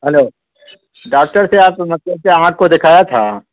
hello doctor سے آپ مطلب کہ آنکھ کو دکھایا تھا